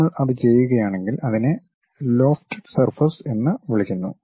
നമ്മൾ അത് ചെയ്യുകയാണെങ്കിൽ അതിനെ ലോഫ്റ്റഡ് സർഫസ് എന്ന് വിളിക്കുന്നു